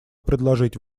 предложить